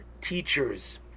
teachers